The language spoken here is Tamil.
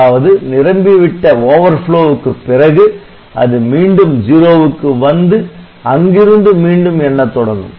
அதாவது நிரம்பிவிட்ட பிறகு அது மீண்டும் '0' க்கு வந்து அங்கு இருந்து மீண்டும் எண்ணத் தொடங்கும்